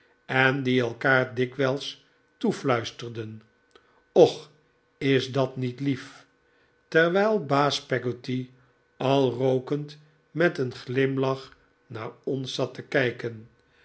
en die elkaar dikwijls toefluisterden och is dat niet lief terwijl baas peggotty al rookend met een glimlach naar ons zat te kijken